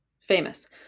Famous